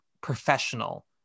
professional